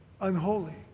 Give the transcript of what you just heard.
unholy